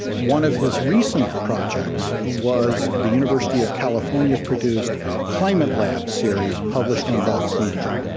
one of his recent projects was the university of california produced climate lab series published on vox media.